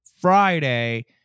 Friday